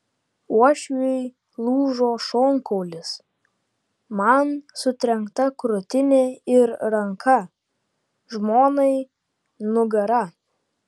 uošviui lūžo šonkaulis man sutrenkta krūtinė ir ranka žmonai nugara